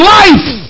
life